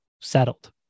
settled